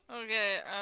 Okay